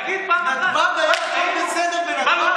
תגיד פעם אחת: ואללה,